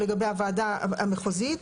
תיקנו לגבי הוועדה המחוזית.